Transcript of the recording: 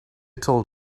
told